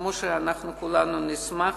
כמו שאנחנו כולנו נשמח,